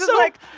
like,